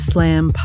Slam